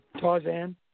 Tarzan